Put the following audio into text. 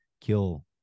kill